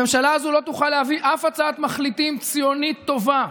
הממשלה הזו לא תוכל להביא אף הצעת מחליטים ציונית טובה.